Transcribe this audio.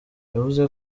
yavuze